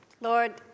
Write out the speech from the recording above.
Lord